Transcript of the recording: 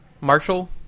Marshall